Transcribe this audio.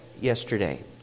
yesterday